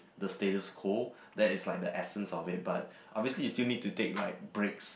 the status quo that is like the essence of it but obviously you still need to take like breaks